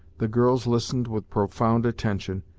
the girls listened with profound attention,